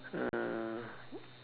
uh